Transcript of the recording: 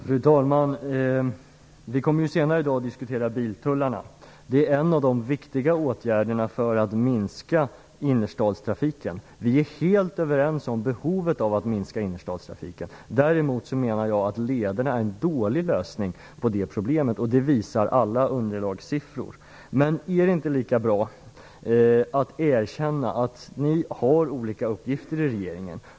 Fru talman! Vi kommer senare i dag att diskutera biltullarna, och det är en av de viktiga åtgärderna för att minska innerstadstrafiken. Vi är helt överens om behovet av att minska innerstadstrafiken. Däremot menar jag att lederna är en dålig lösning på det problemet - det visar alla underlagssiffror. Är det inte lika bra att erkänna att ni har olika uppgifter i regeringen?